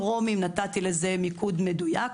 לגבי מבנים טרומיים, נתתי לזה מיקוד מדויק.